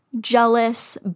jealous